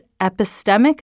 epistemic